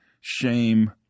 shame